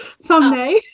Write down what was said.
Someday